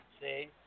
See